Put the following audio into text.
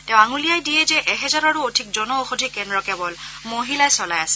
তেওঁ আঙুলিয়া দিয়ে যে এহেজাৰৰো অধিক জন ঔষধি কেন্দ্ৰ কেৱল মহিলাই চলাই আছে